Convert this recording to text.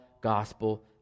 gospel